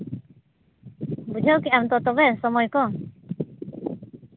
ᱵᱩᱡᱷᱟᱹᱣ ᱠᱮᱫᱟᱢ ᱛᱚ ᱛᱚᱵᱮ ᱥᱚᱢᱚᱭ ᱠᱚ